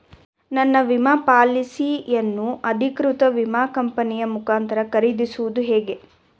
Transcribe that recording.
ನನ್ನ ವಿಮಾ ಪಾಲಿಸಿಯನ್ನು ಅಧಿಕೃತ ವಿಮಾ ಕಂಪನಿಯ ಮುಖಾಂತರ ಖರೀದಿಸುವುದು ಹೇಗೆ?